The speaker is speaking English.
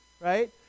right